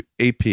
AP